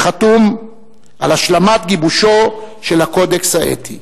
החתום על השלמת גיבושו של הקודקס האתי.